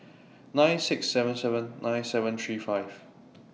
nine six seven seven nine seven three five